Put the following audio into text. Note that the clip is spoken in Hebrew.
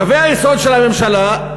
קווי היסוד של הממשלה,